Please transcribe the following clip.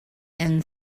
and